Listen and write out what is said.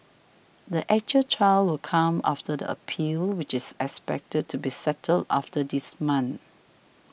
the actual trial will come after the appeal which is expected to be settled after this month